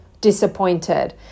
disappointed